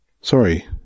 Sorry